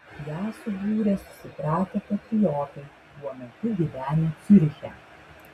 ją subūrė susipratę patriotai tuo metu gyvenę ciuriche